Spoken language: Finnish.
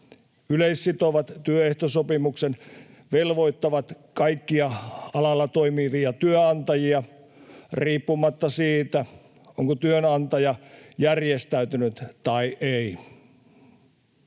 Yleissitovat työehtosopimukset velvoittavat kaikkia alalla toimivia työnantajia riippumatta siitä, onko työnantaja järjestäytynyt tai ei.